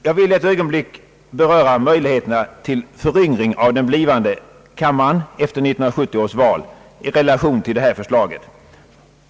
Jag vill ett ögonblick beröra möjligheterna till föryngring av den blivande kammaren efter 1970 års val i relation till detta förslag.